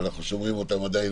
ואנחנו שומרים אותם עדיין